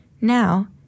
Now